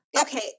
okay